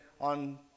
on